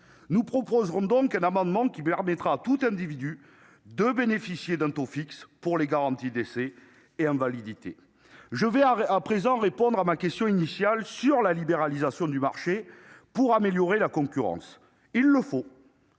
Nous proposerons donc un amendement visant à ce que tout individu puisse bénéficier d'un taux fixe pour les garanties décès et invalidité. Je réponds maintenant à ma question initiale sur la libéralisation du marché pour améliorer la concurrence. Il faut